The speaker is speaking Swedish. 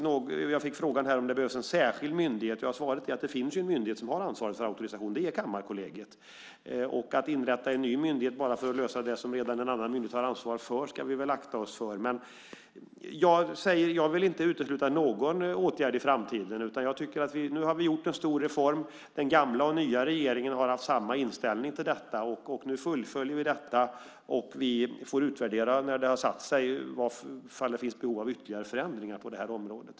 Jag fick frågan här om det behövs en särskild myndighet. Svaret är att det finns en myndighet som har ansvaret för auktorisation, och det är Kammarkollegiet. Att inrätta en ny myndighet bara för att lösa det som en annan myndighet redan har ansvar för ska vi väl akta oss för. Men jag vill inte utesluta någon åtgärd i framtiden. Nu har vi gjort en stor reform. Den gamla och den nya regeringen har haft samma inställning till detta. Nu fullföljer vi det. När detta har satt sig får vi utvärdera om det finns behov av ytterligare förändringar på detta område.